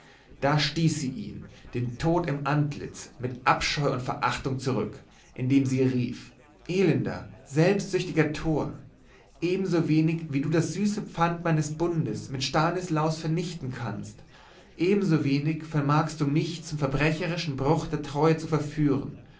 da stieß sie ihn den tod im antlitz mit abscheu und verachtung zurück indem sie rief elender selbstsüchtiger tor ebensowenig wie du das süße pfand meines bundes mit stanislaus vernichten kannst ebensowenig vermagst du mich zum verbrecherischen bruch der treue zu verführen